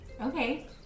Okay